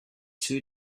two